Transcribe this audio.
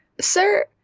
sir